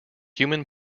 human